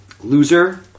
Loser